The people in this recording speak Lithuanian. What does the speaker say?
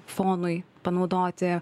fonui panaudoti